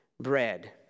bread